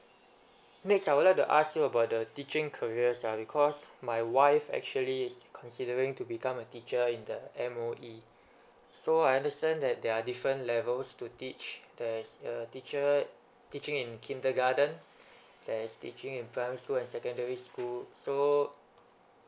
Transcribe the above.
next I would like to ask you about the teaching career selling cause my wife actually considering to become a teacher in the M_O_E so I understand that there are different levels to teach there is a teacher teaching in kindergarten there is teaching in primary school and secondary school so